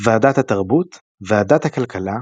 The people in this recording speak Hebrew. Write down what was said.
ועדת התרבות, ועדת הכלכלה,